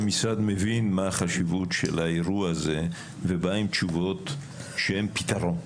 שהמשרד מבין מה החשיבות של האירוע הזה ובא עם תשובות שהם פתרון.